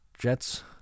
Jets